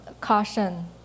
caution